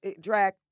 drag